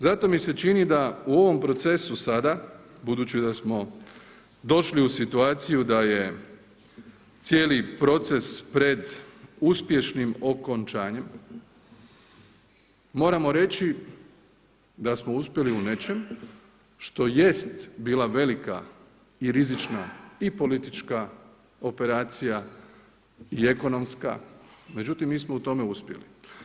Zato mi se čini da u ovom procesu sada, budući da smo došli u situaciju da je cijeli proces pred uspješnim okončanjem, moramo reći da smo uspjeli u nečemu što jest bila velika i rizična i politička operacija i ekonomska, međutim, mi smo u tome uspjeli.